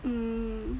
mm